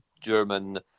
German